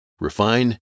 refine